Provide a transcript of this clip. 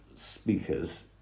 speakers